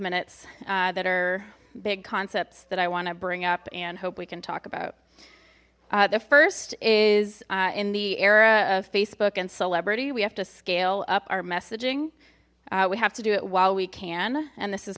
minutes that are big concepts that i want to bring up and hope we can talk about the first is in the era of facebook and celebrity we have to scale up our messaging we have to do it while we can and this is